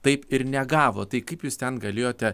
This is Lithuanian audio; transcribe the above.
taip ir negavo tai kaip jūs ten galėjote